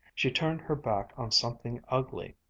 she turned her back on something ugly,